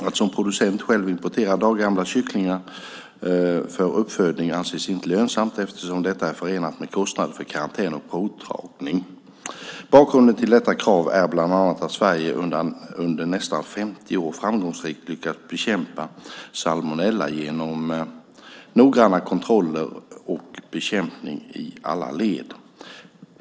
Att som producent själv importera dagsgamla kycklingar för uppfödning anses inte lönsamt eftersom detta är förenat med kostnader för karantän och provtagning. Bakgrunden till dessa krav är bland annat att Sverige under nästan 50 år framgångsrikt lyckats bekämpa salmonella genom noggranna kontroller och bekämpning i alla led.